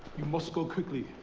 you must go quickly.